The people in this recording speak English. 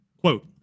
Quote